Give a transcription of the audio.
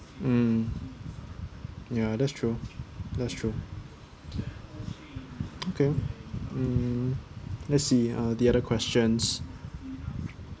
mm ya that's true that's true okay mm let's see uh the other questions